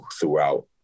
throughout